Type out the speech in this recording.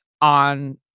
on